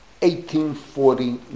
1849